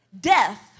Death